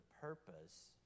purpose